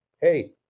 hey